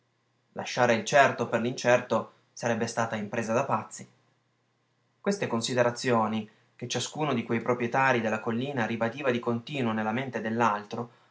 il certo per l'incerto sarebbe stata impresa da pazzi queste considerazioni che ciascuno di quei proprietarii della collina ribadiva di continuo nella mente